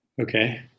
Okay